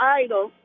idle